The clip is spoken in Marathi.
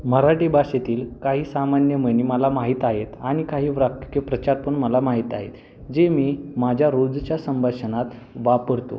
मराठी भाषेतील काही सामान्य म्हणी मला माहीत आहेत आणि काही वाक्यप्रचार पण मला माहीत आहेत जे मी माझ्या रोजच्या संभाषणात वापरतो